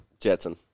Jetson